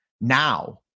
now